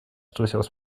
durchaus